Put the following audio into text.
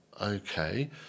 okay